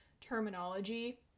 terminology